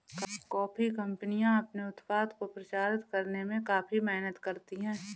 coffee कंपनियां अपने उत्पाद को प्रचारित करने में काफी मेहनत करती हैं